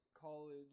college